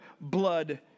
blood